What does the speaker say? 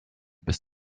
bis